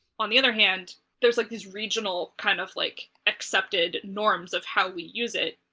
on the other hand there's like these regional kind of, like, accepted norms of how we use it,